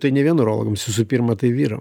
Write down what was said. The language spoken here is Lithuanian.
tai ne vien urologams visų pirma tai vyram